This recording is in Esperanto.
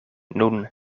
nun